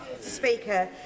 Speaker